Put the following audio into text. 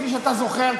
כפי שאתה זוכר,